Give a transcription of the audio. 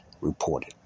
reported